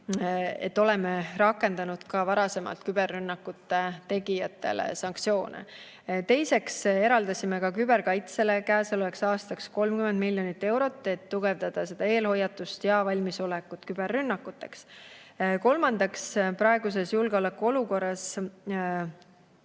et me oleme varasemalt küberrünnakute tegijatele sanktsioone rakendanud. Teiseks, me eraldasime ka küberkaitsele käesolevaks aastaks 30 miljonit eurot, et tugevdada eelhoiatust ja valmisolekut küberrünnakuteks. Kolmandaks, praeguses julgeolekuolukorras